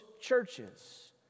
churches